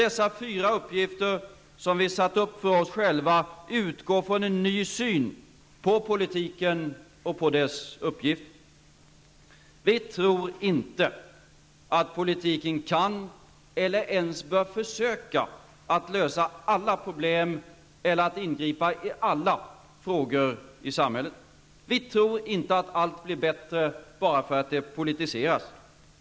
Dessa fyra uppgifter, som vi satt upp för oss, utgår från en ny syn på politiken och på dess uppgift. Vi tror inte att politiken kan, eller ens bör försöka, lösa alla problem eller ingripa i alla frågor i samhället. Vi tror inte att allt blir bättre bara för att det politiseras.